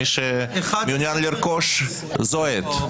מי שרוצה לרכוש, זו העת.